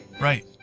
Right